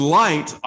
light